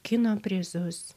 kino prizus